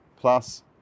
plus